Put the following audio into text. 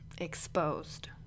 exposed